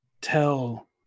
tell